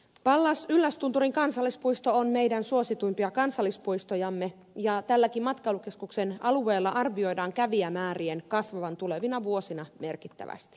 pallas yllästunturin kansallispuisto on meidän suosituimpia kansallispuistojamme ja tälläkin matkailukeskuksen alueella arvioidaan kävijämäärien kasvavan tulevina vuosina merkittävästi